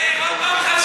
מאיר, עוד פעם חלומות?